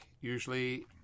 usually